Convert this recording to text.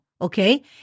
okay